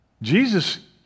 Jesus